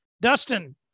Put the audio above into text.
Dustin